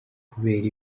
kubera